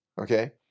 Okay